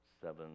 seven